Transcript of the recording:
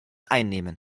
einnehmen